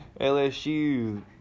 LSU